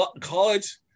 college